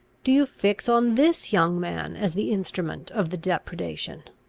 do you fix on this young man as the instrument of the depredation?